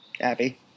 Abby